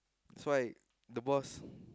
so I the boss